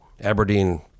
aberdeen